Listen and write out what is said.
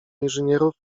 inżynierów